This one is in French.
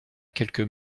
quelques